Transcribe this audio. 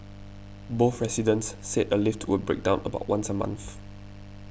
both residents said a lift would break down about once a month